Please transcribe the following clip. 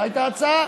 זו הייתה ההצעה.